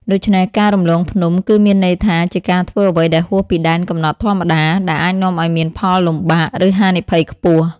ដូច្នេះការ រំលងភ្នំ គឺមានន័យថាជាការធ្វើអ្វីដែលហួសពីដែនកំណត់ធម្មតា ដែលអាចនាំឲ្យមានផលលំបាក ឬហានិភ័យខ្ពស់។